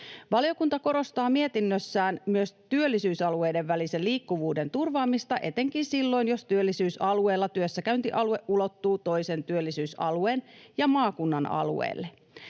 Valiokunta korostaa mietinnössään myös työllisyysalueiden välisen liikkuvuuden turvaamista etenkin silloin, jos työllisyysalueella työssäkäyntialue ulottuu toisen työllisyysalueen ja maakunnan alueelle.